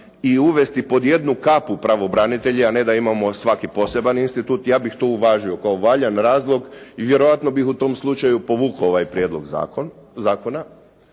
i uvesti pod jednu kapu pravobranitelje a ne da imamo svaki poseban institut. Ja bih to uvažio kao valjan razlog i vjerojatno bih u tom slučaju povukao ovaj prijedlog zakona.